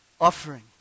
offering